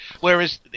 Whereas